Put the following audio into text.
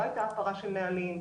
לא הייתה הפרה של נהלים.